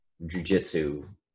jujitsu